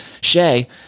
Shay